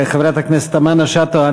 חברת הכנסת תמנו-שטה,